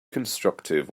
constructive